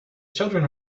children